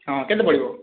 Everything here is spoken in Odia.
ହଁ କେତେ ପଡ଼ିବ